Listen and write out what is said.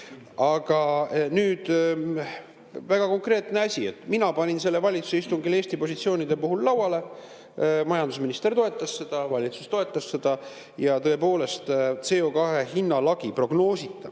nii? Aga nüüd väga konkreetne asi: mina panin selle valitsuse istungil Eesti positsioonina lauale, majandusminister toetas seda, valitsus toetas seda. Ja tõepoolest, prognoositav